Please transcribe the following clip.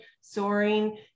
soaring